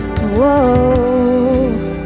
Whoa